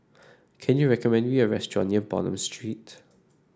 can you recommend me a restaurant near Bonham Street